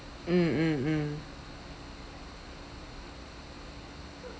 mm mm mm